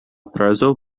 prezo